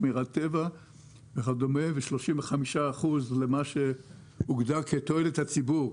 לשמירת טבע וכדומה ו-35% למה שהוגדר כתועלת הציבור,